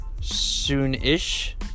soon-ish